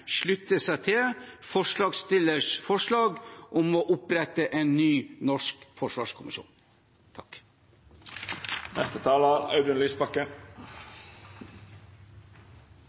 slutte seg til forslagsstillers forslag om å opprette en ny norsk forsvarskommisjon.